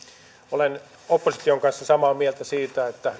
olen opposition kanssa samaa mieltä siitä että